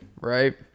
right